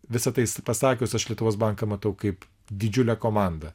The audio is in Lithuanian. visa tai pasakius aš lietuvos banką matau kaip didžiulę komandą